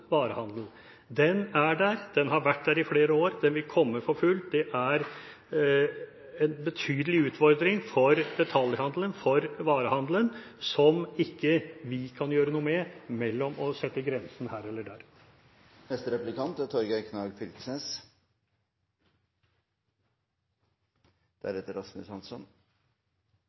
varehandel, er konkurransen mellom netthandel og varehandel. Den er der, har vært der i flere år og vil komme for fullt. Det er en betydelig utfordring for detaljhandelen og varehandelen som ikke vi kan gjøre noe med utover å sette grensen her eller der. Når eg reiser rundt omkring i Noreg og møter næringslivsfolk, er